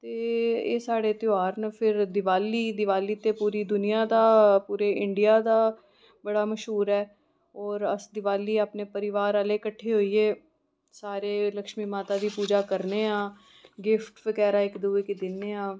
ते साढ़े त्यौहार न फिर दिवाली दिवाली ते पूरी दुनिया दा पूरी इंड़ियां दा बड़ा मशहूर ऐ अस अपने परिवार आह्ले कट्ठे होइयै सारे लक्षमी माता दी पूजा करने आं गिफ्ट बगैरा इक दूए गी दिन्नेआं